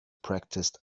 practiced